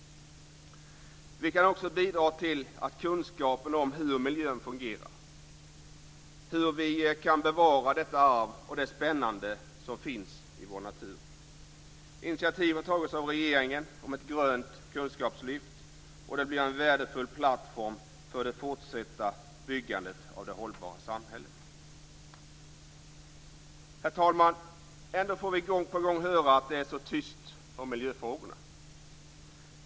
Vi kan också bidra till kunskapen om hur miljön fungerar och om hur vi kan bevara detta arv och det spännande som finns i vår natur. Initiativ har tagits av regeringen till ett grönt kunskapslyft, och det blir en värdefull plattform för det fortsatta byggandet av det hållbara samhället. Herr talman! Ändå får vi gång på gång höra att det är så tyst om miljöfrågorna.